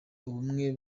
ubumwe